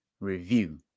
review